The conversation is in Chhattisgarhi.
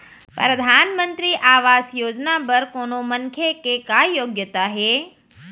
परधानमंतरी आवास योजना बर कोनो मनखे के का योग्यता हे?